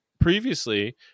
previously